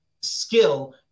skill